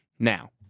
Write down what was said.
Now